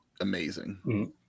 amazing